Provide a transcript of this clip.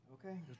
Okay